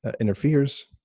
interferes